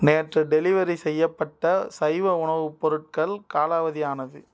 நேற்று டெலிவெரி செய்யப்பட்ட சைவ உணவுப் பொருட்கள் காலாவதி ஆனது